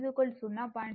16 j 0